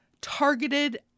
targeted